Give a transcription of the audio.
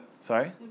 Sorry